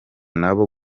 nabo